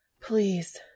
Please